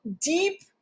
Deep